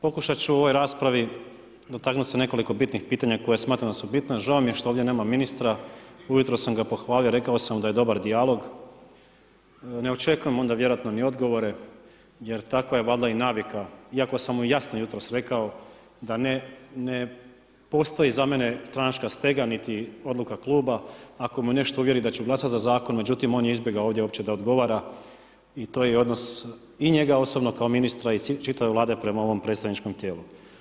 Pokušat ću u ovoj raspravi dotaknuti se nekoliko bitnih pitanja koje smatram da su bitna, žao mi je što ovdje nema ministra, ujutro sam ga pohvalio rekao sam da je dobar dijalog, ne očekujem onda vjerojatno ni odgovore jel takva je valjda i navila iako sam mu jasno jutros rekao da ne postoji za mene stranačka stega ni odluka kluba ako me nešto uvjeri da ću glasati za zakon, međutim on je izbjegao ovdje uopće da odgovara i to je odnos i njega osobno kao ministra i čitave Vlade prema ovom predstavničkom tijelu.